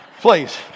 Please